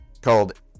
called